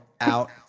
out